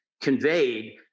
conveyed